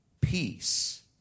peace